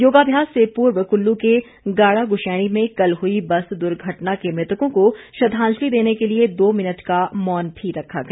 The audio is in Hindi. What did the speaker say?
योगाभ्यास से पूर्व कुल्लू के गाड़ागुशैणी में कल हुई बस दुर्घटना के मृतकों को श्रद्वांजलि देने के लिए दो मिनट का मौन भी रखा गया